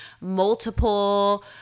multiple